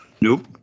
Nope